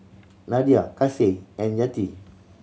Nadia Kasih and Yati